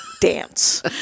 Dance